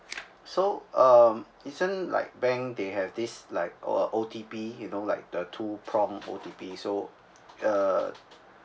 so uh isn't like bank they have this like uh O_T_P you know like the two prompt will be so uh